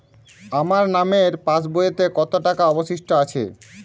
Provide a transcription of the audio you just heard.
আমার নামের পাসবইতে কত টাকা অবশিষ্ট আছে?